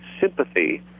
sympathy